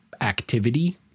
activity